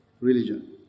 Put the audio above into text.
religion